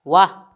वाह